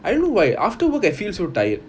I don't know why after work I feel so tired